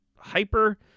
Hyper